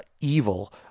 evil